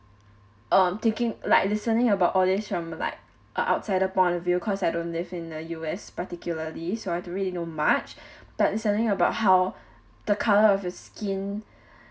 um thinking like listening about all this from like a outsider point of view cause I don't live in the U_S particularly so I don't really know much but listening about how the color of your skin